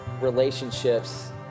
Relationships